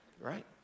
right